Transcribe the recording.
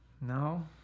No